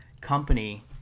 company